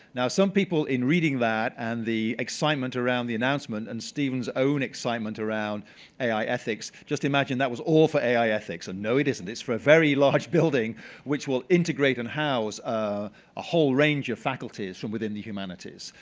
now, some people, in reading that and the excitement around the announcement, and stephen's own excitement around ai ethics, just imagined that was all for ai ethics, and no it isn't. it's for a very large building which will integrate and house ah a whole range of faculties from within the humanities.